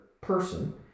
person